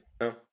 no